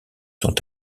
sont